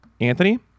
Anthony